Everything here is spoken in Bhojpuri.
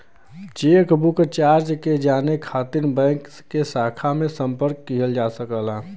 चेकबुक चार्ज के जाने खातिर बैंक के शाखा पे संपर्क किहल जा सकला